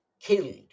killed